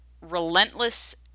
relentless